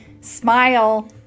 Smile